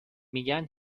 میگن